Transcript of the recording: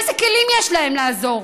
איזה כלים יש להם לעזור?